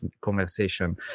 conversation